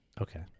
Okay